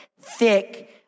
thick